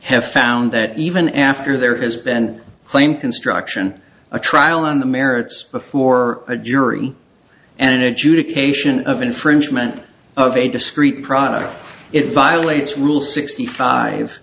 have found that even after there has been a claim construction a trial on the merits before a jury and an adjudication of infringement of a discrete product it violates rule sixty five